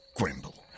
Grimble